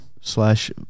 slash